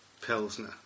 pilsner